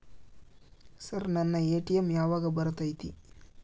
Sir ನನ್ನ ATM ಯಾವಾಗ ಬರತೈತಿ?